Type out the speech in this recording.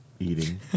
Eating